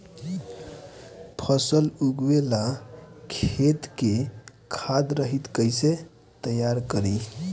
फसल उगवे ला खेत के खाद रहित कैसे तैयार करी?